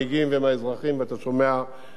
ואתה שומע את הדברים.